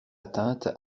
atteinte